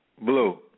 Blue